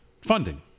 funding